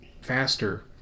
faster